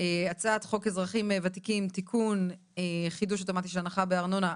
הצעת חוק אזרחים ותיקים (תיקון-חידוש אוטומטי של הנחה בארנונה),